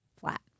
flat